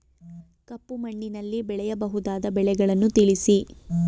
ಕಪ್ಪು ಮಣ್ಣಿನಲ್ಲಿ ಬೆಳೆಯಬಹುದಾದ ಬೆಳೆಗಳನ್ನು ತಿಳಿಸಿ?